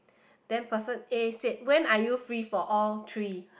then person A said when are you free for all three